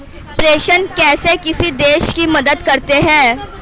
प्रेषण कैसे किसी देश की मदद करते हैं?